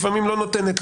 לפעמים לא נותנת,